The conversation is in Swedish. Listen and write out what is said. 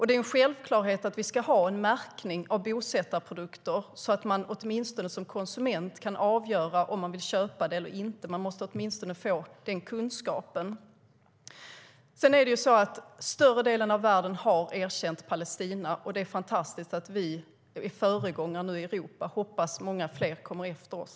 Det är en självklarhet att vi ska ha en märkning av bosättarprodukter så att man som konsument kan avgöra om man vill köpa dem eller inte. Man måste åtminstone få den informationen. Sedan är det så att större delen av världen har erkänt Palestina, och det är fantastiskt att vi nu är föregångare i Europa. Jag hoppas att många fler kommer efter oss.